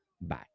Bye